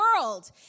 world